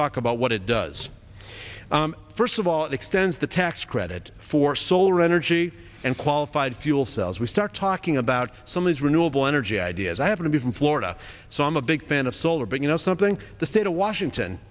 talk about what it does first of all it extends the tax credit for solar energy and qualified fuel cells we start talking about some of these renewable energy ideas i happen to be from florida so i'm a big fan of solar but you know something the state of washington